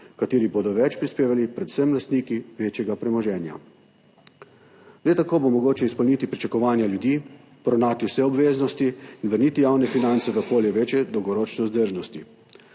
kateri bodo več prispevali predvsem lastniki večjega premoženja. Le tako bo mogoče izpolniti pričakovanja ljudi, poravnati vse obveznosti in vrniti javne finance v polje večje dolgoročne vzdržnosti.